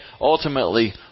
ultimately